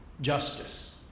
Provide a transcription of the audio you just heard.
justice